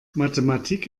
mathematik